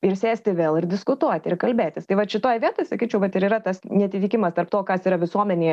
ir sėsti vėl ir diskutuoti ir kalbėtis tai vat šitoj vietoj sakyčiau vat ir yra tas neatitikimas tarp to kas yra visuomenėje